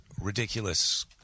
ridiculous